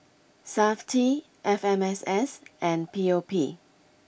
Safti F M S S and P O P